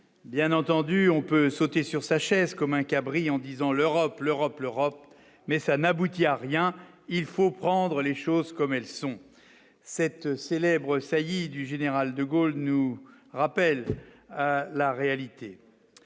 bien entendu, on peut sauter sur sa chaise comme un cabri en disant l'Europe, l'Europe, l'Europe, mais ça n'aboutit à rien, il faut prendre les choses comme elles sont, cette célèbre saillie du général De Gaulle nous rappelle à la réalité,